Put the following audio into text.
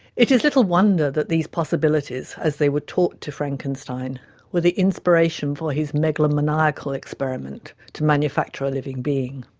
it is little wonder that these possibilities as they were taught to frankenstein were the inspiration for his megalomaniacal experiment to manufacture a living being.